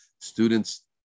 students